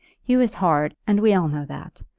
hugh is hard, and we all know that.